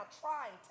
trying